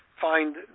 find